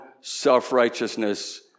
self-righteousness